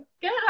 Good